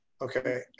Okay